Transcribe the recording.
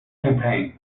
campaign